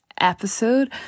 episode